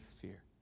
fear